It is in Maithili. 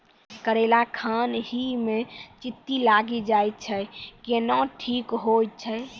करेला खान ही मे चित्ती लागी जाए छै केहनो ठीक हो छ?